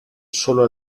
solo